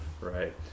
Right